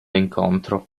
incontro